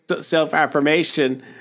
self-affirmation